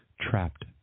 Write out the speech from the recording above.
trapped